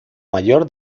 mayor